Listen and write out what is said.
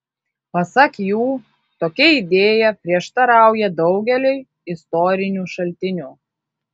pasak jų tokia idėja prieštarauja daugeliui istorinių šaltinių